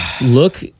Look